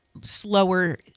slower